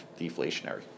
deflationary